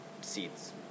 seats